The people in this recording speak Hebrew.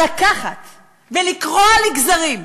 אבל לקחת ולקרוע לגזרים?